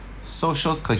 social